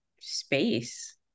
space